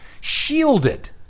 shielded